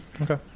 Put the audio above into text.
Okay